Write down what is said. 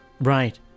Right